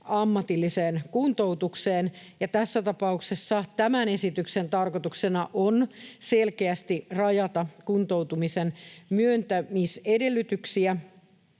ammatilliseen kuntoutukseen, ja tässä tapauksessa tämän esityksen tarkoituksena on selkeästi rajata kuntoutukseen pääsyn myöntämisedellytyksiä.